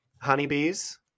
Honeybees